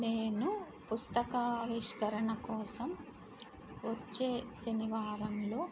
నేను పుస్తకావిష్కరణ కోసం వచ్చే శనివారంలో